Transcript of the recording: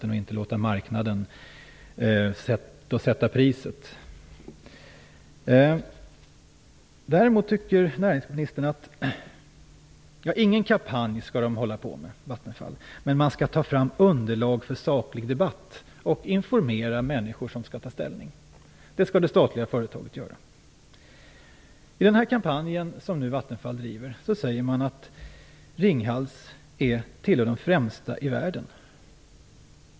Man vill inte låta marknaden sätta priset. Näringsministern säger att Vattenfall inte skall hålla på med någon kampanj. Däremot tycker han att Vattenfall skall ta fram underlag för en saklig debatt och informera människor som skall ta ställning. Detta skall det statliga företaget göra. I den här kampanjen som Vattenfall nu bedriver säger man att Ringhals tillhör de främsta kärnkraftverken i världen.